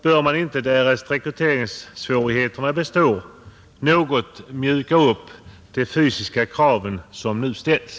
Bör man inte, därest rekryteringssvårigheterna består, något mjuka upp de fysiska krav som nu ställs?